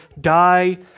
die